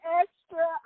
extra